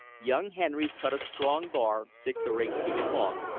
young henrys cut a strong bar six or eight feet long,